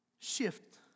shift